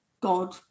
God